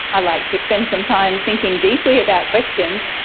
i like to spend some time thinking deeply about questions.